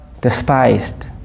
despised